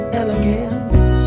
elegance